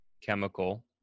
chemical